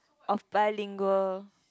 of bilingual